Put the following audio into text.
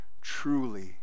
truly